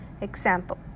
Example